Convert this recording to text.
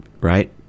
right